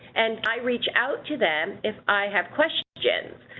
and i reach out to them if i have questions.